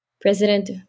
president